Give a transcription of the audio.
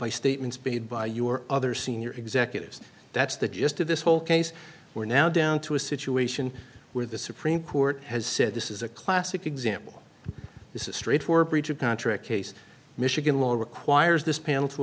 by statements baited by you or other senior executives that's the gist of this whole case we're now down to a situation where the supreme court has said this is a classic example this is straight for breach of contract case michigan law requires this panel to